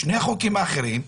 שני החוקים האחרים,